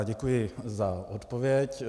Děkuji za odpověď.